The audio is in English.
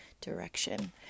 direction